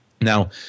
Now